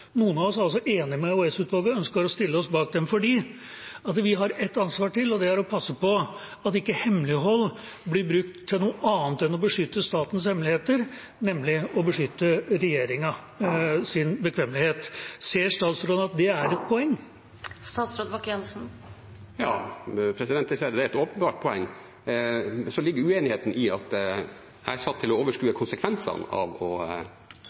er altså enige med EOS-utvalget og ønsker å stille oss bak dem – fordi vi har et ansvar til, og det er å passe på at ikke hemmelighold blir brukt til noe annet enn å beskytte statens hemmeligheter, nemlig å beskytte regjeringas bekvemmelighet. Ser statsråden at det er et poeng? Ja, jeg ser at det er et åpenbart poeng. Og så ligger uenigheten i at jeg er satt til å overskue konsekvensene av å